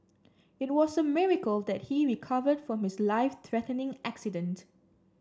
it was a miracle that he recovered from his life threatening accident